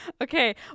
Okay